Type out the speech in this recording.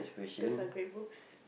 those are great books